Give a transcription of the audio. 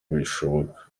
bushoboka